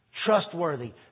Trustworthy